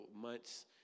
months